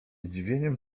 zdziwieniem